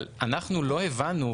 אנחנו לא הבנו,